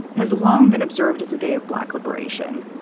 has long been observed as a day of black liberation.